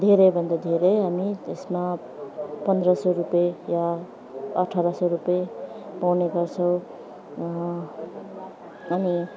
धेरैभन्दा धेरै हामी त्यसमा पन्ध्र सौ रुपियाँ या अठार सौ रुपियाँ पाउने गर्छौँ अनि